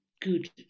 good